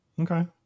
Okay